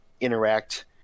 interact